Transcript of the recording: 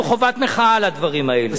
זה שלא, מה?